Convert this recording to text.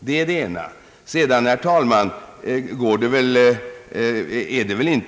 Det är den ena delen av problemet. Herr talman!